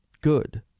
Good